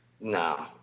No